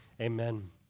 Amen